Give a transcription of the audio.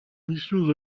missions